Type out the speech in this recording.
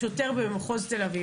שוטר במחוז תל אביב,